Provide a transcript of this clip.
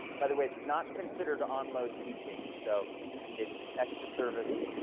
by the way it's not considered on load teaching, so it's extra service,